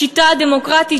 השיטה הדמוקרטית,